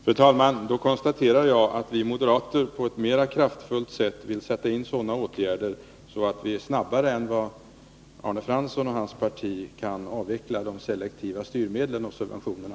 Fru talman! Då konstaterar jag att vi moderater på ett mer kraftfullt sätt vill sätta in sådana åtgärder, så att vi snabbare än Arne Fransson och hans parti kan avveckla de selektiva styrmedlen och subventionerna.